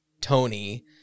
Tony